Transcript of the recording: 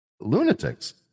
lunatics